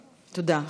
תודה.